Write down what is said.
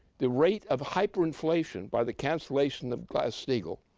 the rate of hyperinflation by the cancellation of glass-steagall,